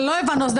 לא הבנו.